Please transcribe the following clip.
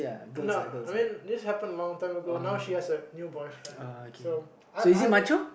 no no I mean this happen a long time ago now she has a new boyfriend so I I didn't